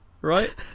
right